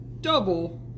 double